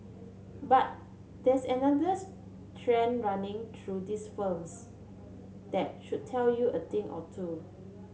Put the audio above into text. but there's another running through these firms that should tell you a thing or two